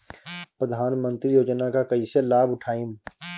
प्रधानमंत्री योजना के कईसे लाभ उठाईम?